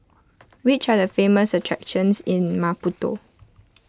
which are the famous attractions in Maputo